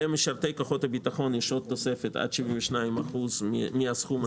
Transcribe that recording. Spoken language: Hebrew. למשרתי כוחות הביטחון יש עוד תוספת עד 72% מהסכום הזה.